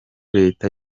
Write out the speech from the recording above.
leta